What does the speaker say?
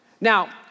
Now